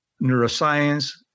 neuroscience